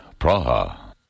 Praha